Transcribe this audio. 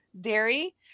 Dairy